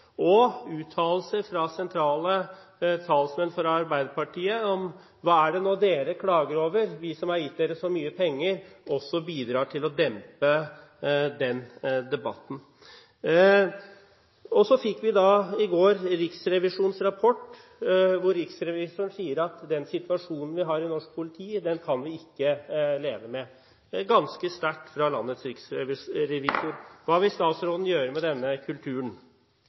Arbeiderpartiet – hva er det dere klager over, vi har gitt dere så mye penger – bidrar også til å dempe den debatten. I går fikk vi Riksrevisjonens rapport hvor riksrevisoren sier at vi ikke kan leve med den situasjonen vi har i norsk politi. Det er ganske sterk tale fra landets riksrevisor. Hva vil statsråden gjøre med denne kulturen?